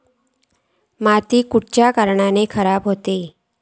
माती खयल्या कारणान खराब हुता?